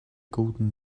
golden